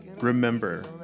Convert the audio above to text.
remember